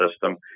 system